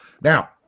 Now